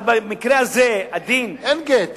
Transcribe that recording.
במקרה הזה הדין, אין גט.